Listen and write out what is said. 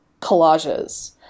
collages